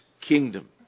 kingdom